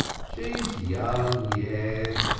she is young yet.